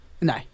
No